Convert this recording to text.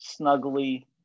snuggly